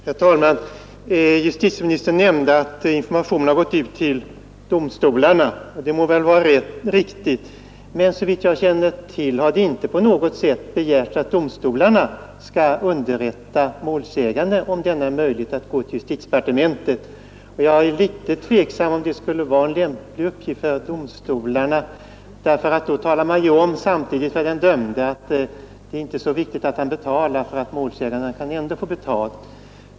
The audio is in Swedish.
Herr talman! Justitieministern nämnde att informationen gått ut till domstolarna, och det må väl vara riktigt. Men såvitt jag känner till har det inte på något sätt begärts att domstolarna skall underrätta målsägande om denna möjlighet att gå till justitiedepartementet. Jag är litet tveksam om det skulle vara en lämplig uppgift för domstolarna, eftersom man då samtidigt talar om för den dömde att det inte är så viktigt att han betalar; målsäganden kan ändå få betalt.